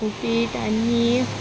उपीट आनी